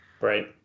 right